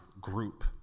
group